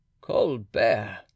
Colbert